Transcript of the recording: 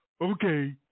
Okay